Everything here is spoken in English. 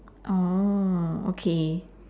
oh okay